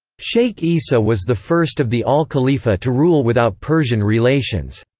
sheikh issa was the first of the al khalifa to rule without persian relations.